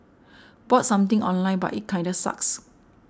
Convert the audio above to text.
bought something online but it kinda sucks